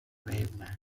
wavelength